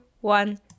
one